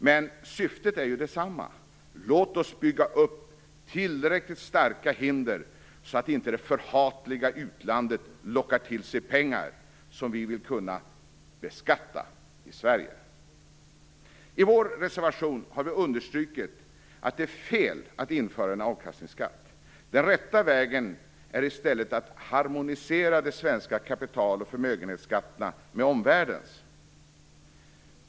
Men syftet är detsamma: Låt oss bygga upp tillräckligt starka hinder, så att inte det förhatliga utlandet lockar till sig pengar, som vi vill kunna beskatta i I vår reservation har vi understrukit att det är fel att införa en avkastningsskatt. Den rätta vägen är i stället att harmonisera de svenska kapital och förmögenhetsskatterna med omvärldens.